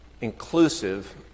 inclusive